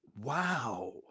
Wow